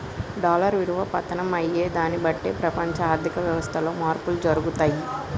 dollar విలువ పతనం అయ్యేదాన్ని బట్టే ప్రపంచ ఆర్ధిక వ్యవస్థలో మార్పులు జరుగుతయి